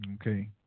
Okay